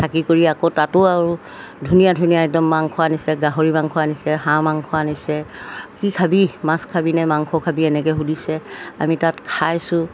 থাকি কৰি আকৌ তাতো আৰু ধুনীয়া ধুনীয়া একদম মাংস আনিছে গাহৰি মাংস আনিছে হাঁহ মাংস আনিছে কি খাবি মাছ খাবিনে মাংস খাবি এনেকৈ সুধিছে আমি তাত খাইছোঁ